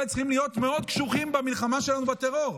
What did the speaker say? צריכים להיות מאוד קשוחים במלחמה שלנו בטרור.